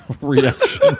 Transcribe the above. reaction